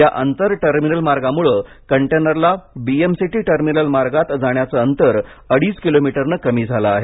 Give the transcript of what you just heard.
या आंतर टर्मिनल मार्गामुळे कंटेनरला बीएमसीटी टर्मिनल मार्गात जाण्याचं अंतर अडीच किलोमीटरने कमी झालं आहे